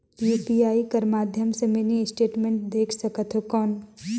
UPI कर माध्यम से मिनी स्टेटमेंट देख सकथव कौन?